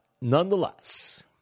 nonetheless